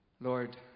Lord